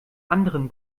anderen